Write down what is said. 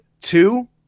two